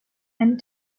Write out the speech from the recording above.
and